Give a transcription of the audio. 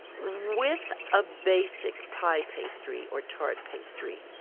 with a basic pie pastry or tart pastry,